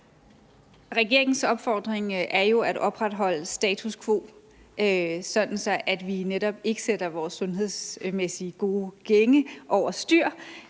Regeringens opfordring er jo at opretholde status quo, sådan at vi netop ikke sætter vores sundhedsmæssigt gode gænge over styr.